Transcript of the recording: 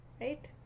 Right